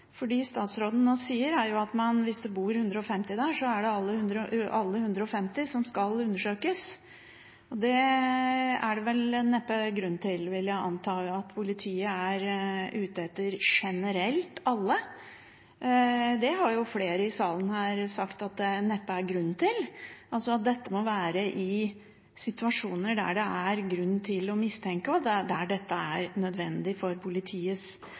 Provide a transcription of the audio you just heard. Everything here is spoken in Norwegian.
statsråden nå sier, er at hvis det bor 150 der, er det alle de 150 som skal undersøkes. Det er vel neppe grunn til, vil jeg anta, at politiet skal være ute etter alle generelt. Det har flere i salen her sagt at det neppe er grunn til, og at dette må skje i situasjoner hvor det er grunn til mistanke, og der dette er nødvendig for politiets